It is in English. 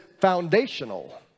foundational